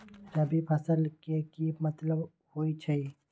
रबी फसल के की मतलब होई छई?